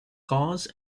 cause